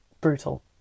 Brutal